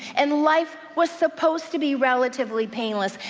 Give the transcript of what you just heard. and life was supposed to be relatively painless,